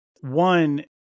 one